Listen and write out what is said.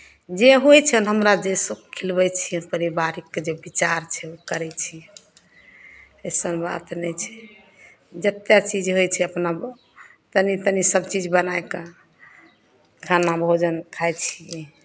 जे होइ छनि हमरा जे सभ खिलबै छियनि परिवारके जे विचार छै ओ करै छियै अइसन बात नहि छै जतेक चीज होइ छै अपना तनी तनी सभचीज बनाए कऽ खाना भोजन खाइ छियै